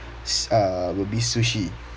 s~ uh would be sushi